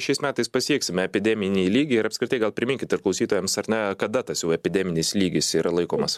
šiais metais pasieksime epideminį lygį ir apskritai gal priminkit ir klausytojams ar na kada tas jau epideminis lygis yra laikomas